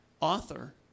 Author